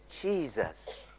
Jesus